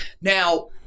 Now